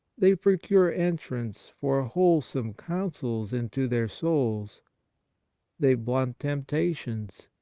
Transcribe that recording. they procure entrance for wholesome counsels into their souls they blunt temptations,